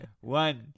One